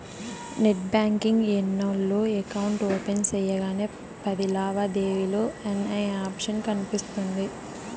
net banking ఉన్నోల్లు account open సెయ్యగానే పది లావాదేవీలు అనే ఆప్షన్ కనిపిస్తుంది